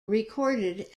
recorded